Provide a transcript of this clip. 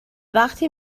وقتی